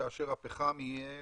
כאשר הפחם יהיה